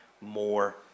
more